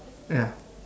ya